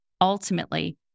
Ultimately